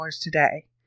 today